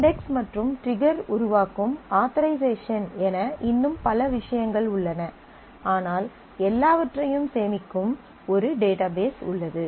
index மற்றும் trigger உருவாக்கும் authorisation என இன்னும் பல விஷயங்கள் உள்ளன ஆனால் எல்லாவற்றையும் சேமிக்கும் ஒரு டேட்டாபேஸ் உள்ளது